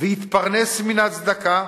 ויתפרנס מן הצדקה,